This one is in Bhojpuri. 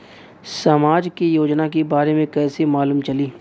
समाज के योजना के बारे में कैसे मालूम चली?